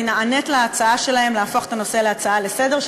אני נענית להצעה שלהם להפוך את הנושא להצעה לסדר-היום,